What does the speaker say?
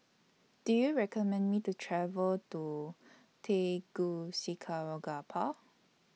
Do YOU recommend Me to travel to